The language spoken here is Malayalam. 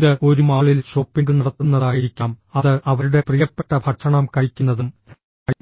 ഇത് ഒരു മാളിൽ ഷോപ്പിംഗ് നടത്തുന്നതായിരിക്കാം അത് അവരുടെ പ്രിയപ്പെട്ട ഭക്ഷണം കഴിക്കുന്നതും